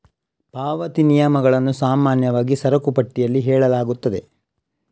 ಪಾವತಿ ನಿಯಮಗಳನ್ನು ಸಾಮಾನ್ಯವಾಗಿ ಸರಕು ಪಟ್ಟಿಯಲ್ಲಿ ಹೇಳಲಾಗುತ್ತದೆ